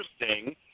interesting